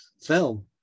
film